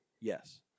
Yes